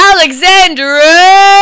Alexandra